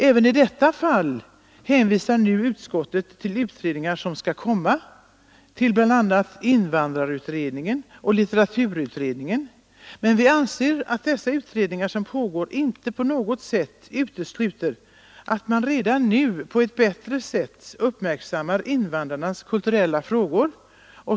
Även i detta fall hänvisar nu utskottet till utredningar som skall komma, bl.a. till invandrarutredningen och till litteraturutredningen, men vi anser att dessa nu pågående utredningar inte på något sätt utesluter att man redan nu på ett bättre sätt uppmärksammar invandrarnas kulturella frågor.